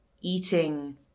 eating